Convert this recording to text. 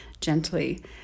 gently